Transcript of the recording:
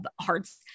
hearts